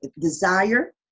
desire